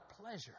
pleasure